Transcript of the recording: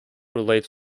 relates